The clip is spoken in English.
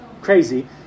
crazy